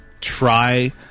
try